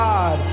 God